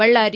Ballari